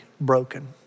broken